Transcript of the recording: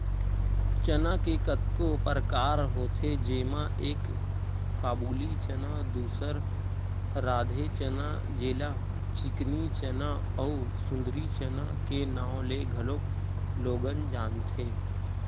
चना के कतको परकार होथे जेमा एक काबुली चना, दूसर राधे चना जेला चिकनी चना अउ सुंदरी चना के नांव ले घलोक लोगन जानथे